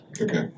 Okay